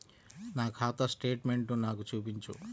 నా ఖాతా స్టేట్మెంట్ను నాకు చూపించు